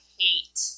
hate